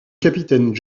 capitaine